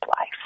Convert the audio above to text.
life